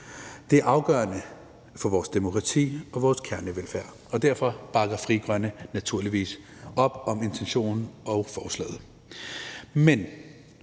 Det er afgørende for vores demokrati og vores kernevelfærd. Derfor bakker Frie Grønne naturligvis op om intentionen og forslaget. Men